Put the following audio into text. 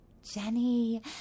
Jenny